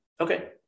okay